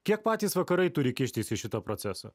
kiek patys vakarai turi kištis į šitą procesą